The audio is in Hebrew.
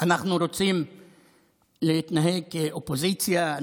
אנחנו רוצים להתנהג כאופוזיציה,